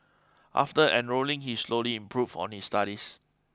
after enrolling he slowly improved on his studies